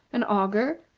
an auger,